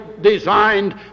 designed